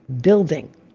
building